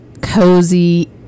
cozy